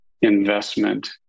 investment